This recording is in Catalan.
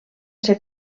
ser